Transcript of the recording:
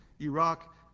Iraq